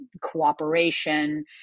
cooperation